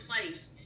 place